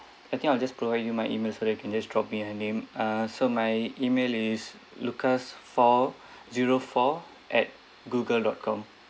I think I'll just provide you my email so that you can just drop me her name uh so my email is lucas four zero four at google dot com